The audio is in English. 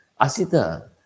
Asita